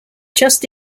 just